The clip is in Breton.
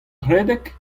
redek